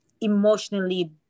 emotionally